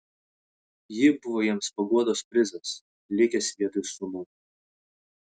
ji buvo jiems paguodos prizas likęs vietoj sūnų